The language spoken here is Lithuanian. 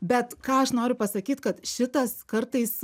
bet ką aš noriu pasakyt kad šitas kartais